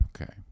Okay